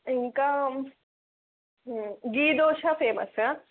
ఇంకా గీ దోశ ఫేమస్